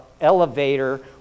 elevator